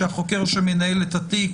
שהחוקר שמנהל את התיק,